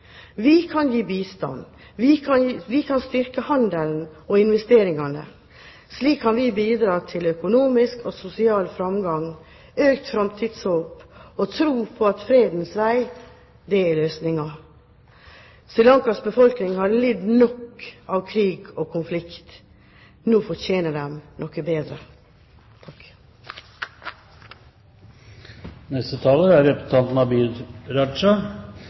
Vi kan gi bistand. Vi kan styrke handelen og investeringene. Slik kan vi bidra til økonomisk og sosial framgang, økt framtidshåp og tro på at fredens vei er løsningen. Sri Lankas befolkning har lidd nok av krig og konflikt. Nå fortjener de noe bedre.